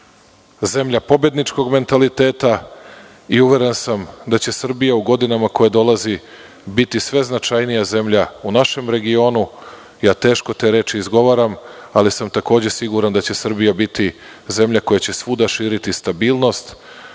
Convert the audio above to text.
zemlja pobedničkom mentaliteta. Uveren sam da će Srbija u godinama koje dolaze biti sve značajnija zemlja u našem regionu. Teško te reči izgovaram, ali sam siguran da će Srbija biti zemlja koja će svuda širiti stabilnost